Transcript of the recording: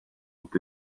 ont